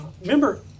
Remember